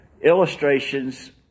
Illustrations